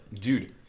Dude